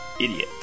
idiot